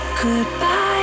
goodbye